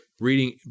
reading